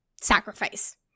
sacrifice